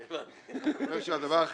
בנושא של רשויות מקומיות.